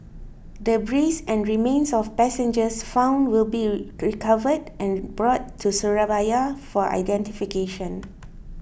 debris and remains of passengers found will be recovered and brought to Surabaya for identification